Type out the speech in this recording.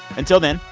until then,